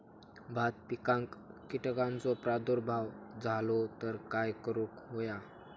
भात पिकांक कीटकांचो प्रादुर्भाव झालो तर काय करूक होया?